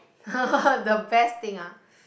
the best thing ah